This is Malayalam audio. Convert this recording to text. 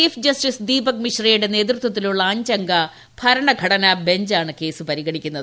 ചീഫ് ജസ്റ്റിസ് ദീപക് മിശ്രയുടെ നേതൃത്വത്തിലുള്ള അഞ്ചംഗ ഭരണഘടനാ ബഞ്ചാണ് കേസ് പരിഗണിക്കുന്നത്